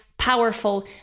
powerful